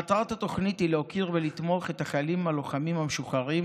מטרת התוכנית היא להוקיר את חיילים הלוחמים המשוחררים